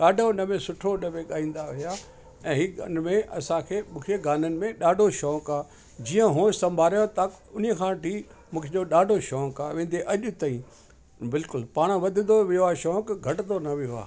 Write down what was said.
ॾाढो उनमें सुठो उनमें ॻाईंदा हुया ऐं हीअ उनमें असांखे मूंखे गाननि में ॾाढो शौंक़ु आहे जीअं होश संभारियो आहे त उन्हीअ खां वठी मुंहिंजो ॾाढो शौंक़ु आहे विध्य अॼु ताईं बिल्कुलु पाण वधदो वियो आहे शौंक घटिदो न वियो आहे